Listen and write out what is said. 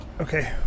Okay